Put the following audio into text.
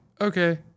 okay